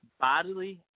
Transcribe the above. bodily